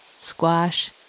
squash